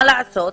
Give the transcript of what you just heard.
מה לעשות?